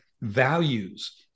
values